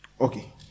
Okay